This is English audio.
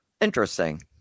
Interesting